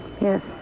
Yes